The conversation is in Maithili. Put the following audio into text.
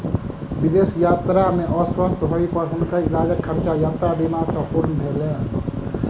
विदेश यात्रा में अस्वस्थ होय पर हुनकर इलाजक खर्चा यात्रा बीमा सॅ पूर्ण भेलैन